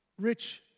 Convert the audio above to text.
rich